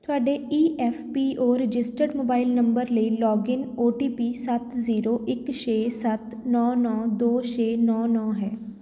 ਤੁਹਾਡੇ E F P O registered mobile number ਲਈ login O T P ਸੱਤ zero ਇੱਕ ਛੇ ਸੱਤ ਨੌਂ ਨੌਂ ਦੋ ਛੇ ਨੌਂ ਨੌਂ ਹੈ